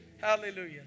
Hallelujah